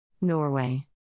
Norway